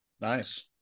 Nice